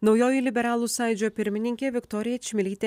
naujoji liberalų sąjūdžio pirmininkė viktorija čmilytė